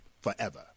forever